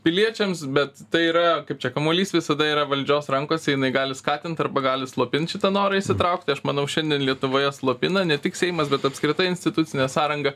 piliečiams bet tai yra kaip čia kamuolys visada yra valdžios rankose jinai gali skatint arba gali slopint šitą norą įsitraukti aš manau šiandien lietuvoje slopina ne tik seimas bet apskritai institucinė sąranga